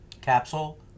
capsule